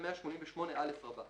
לתקנות הטיס (רישיונות לעובדי טיס),